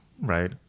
right